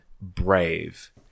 brave